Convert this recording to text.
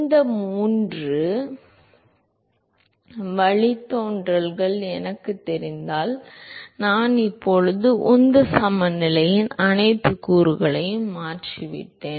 இந்த மூன்று வழித்தோன்றல்கள் எனக்குத் தெரிந்தால் நான் இப்போது உந்த சமநிலையின் அனைத்து கூறுகளையும் மாற்றிவிட்டேன்